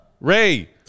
Ray